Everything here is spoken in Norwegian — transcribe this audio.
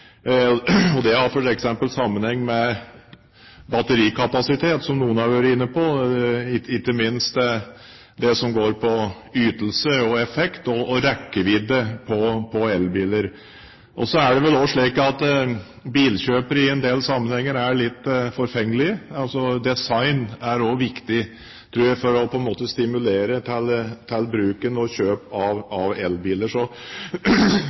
Og det har f.eks. sammenheng med batterikapasitet, som noen har vært inne på, og ikke minst det som går på ytelse, effekt og rekkevidden til elbiler. Så er det vel også slik at bilkjøpere i en del sammenhenger er litt forfengelige. Design er altså viktig, tror jeg, for å stimulere til kjøp og bruk av elbiler. Det er mange ting som for så